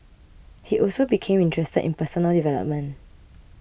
he also became interested in personal development